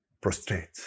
prostrate